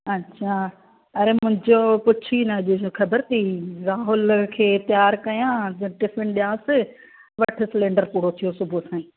अच्छा अरे मुंहिंजो पुछ ई न अॼु ख़बर अथई राहुल खे तयारु कयां टिफिन डि॒यांसि वठु सिलेन्डर पूरो थी वियो सुबुह खां ई